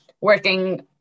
working